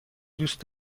دوست